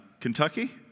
Kentucky